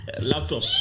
Laptop